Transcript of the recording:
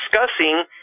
discussing